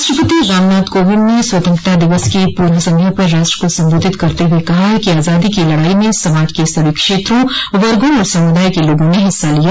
राष्ट्रपति रामनाथ कोविंद ने स्वतंत्रता दिवस की पूर्व संध्या पर राष्ट्र को संबोधित करते हुए कहा है कि आजादी की लड़ाई में समाज के सभी क्षेत्रों वर्गो और सामुदाय के लोगों ने हिस्सा लिया